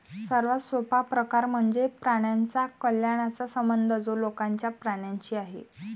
सर्वात सोपा प्रकार म्हणजे प्राण्यांच्या कल्याणाचा संबंध जो लोकांचा प्राण्यांशी आहे